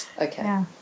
Okay